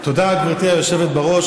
תודה, גברתי היושבת בראש.